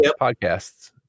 podcasts